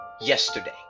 yesterday